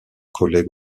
collègue